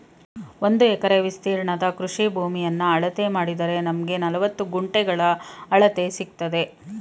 ಒಂದು ಎಕರೆ ವಿಸ್ತೀರ್ಣದ ಕೃಷಿ ಭೂಮಿಯನ್ನ ಅಳತೆ ಮಾಡಿದರೆ ನಮ್ಗೆ ನಲವತ್ತು ಗುಂಟೆಗಳ ಅಳತೆ ಸಿಕ್ತದೆ